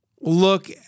look